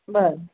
बरं